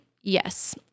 yes